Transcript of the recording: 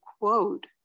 quote